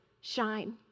shine